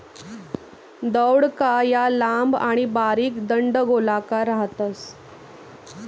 दौडका या लांब आणि बारीक दंडगोलाकार राहतस